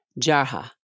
Jarha